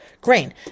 grain